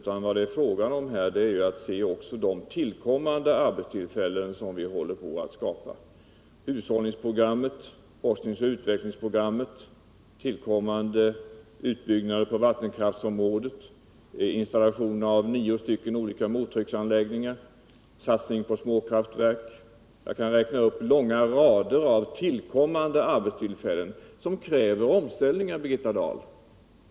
Vad det här är fråga om är att också se de tillkommande arbetstillfällen som vi håller på att skapa: hushållningsprogrammet, forskningsoch utvecklingsprogrammet, tillkommande utbyggnader på vattenkraftsområdet, installation av nio olika mottrycksanläggningar, satsning på småkraftverk — ja, jag kan räkna upp långa rader av tillkommande arbetstillfällen som kräver omställningar, Birgitta Dahl.